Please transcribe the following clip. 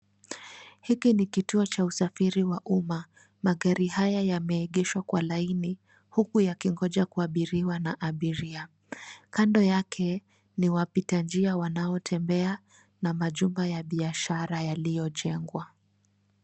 Hiki ni kituo cha usafiri wa umma. Magari haya yameegeshwa kwa laini, huku yakingoja kuabiriwa na abiria. Kando yake ni wapita njia wanaotembea na majumba ya biashara yaliyojengwa.